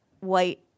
white